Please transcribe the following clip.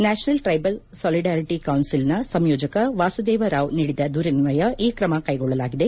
national tribal solidarity ಕೌನ್ನಿಲ್ನ ಸಂಯೋಜಕ ವಾಸುದೇವ ರಾವ್ ನೀಡಿದ ದೂರಿನ್ನಯ ಈ ಕ್ಷಮ ಕೈಗೊಳ್ಳಲಾಗಿದೆ